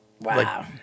Wow